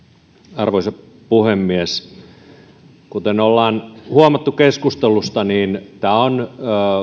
arvoisa puhemies kuten ollaan huomattu keskustelusta niin tämä on